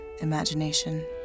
imagination